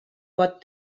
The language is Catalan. pot